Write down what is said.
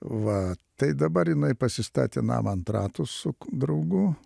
va tai dabar jinai pasistatė namą ant ratų su draugu